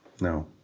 No